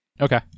Okay